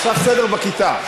עכשיו סדר בכיתה.